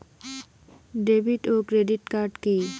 David ও credit card কি?